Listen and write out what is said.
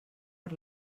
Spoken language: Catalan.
per